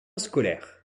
scolaire